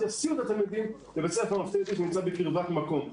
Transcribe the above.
יסיעו את התלמידים לבית ספר ממלכתי-דתי שנמצא בקרבת מקום.